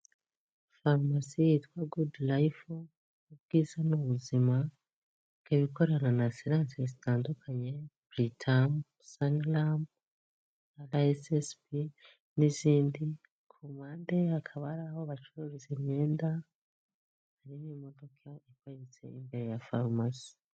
Farumasi yitwa goodlife, ubwiza ni ubuzima ikaba ikorana na asiranse zitandukanye buritamu, saniramu na araesiesibi, n'izindi ku mpande hakaba ari aho bacururiza imyenda hari n'imodoka iparitse imbere ya farumasi.